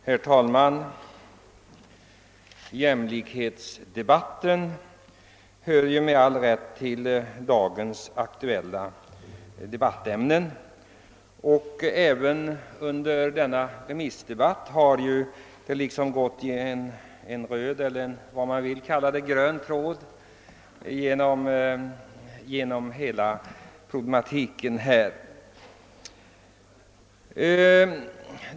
Herr talman! Jämlikhetsprincipen hör med all rätt till dagens aktuella debattämnen, och problematiken kring den har gått som en röd — eller, om man så vill kalla det, grön — tråd genom även denna remissdebatt.